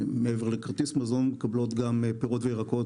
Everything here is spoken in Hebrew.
מעבר לכרטיס מזון מקבלות גם פירות וירקות,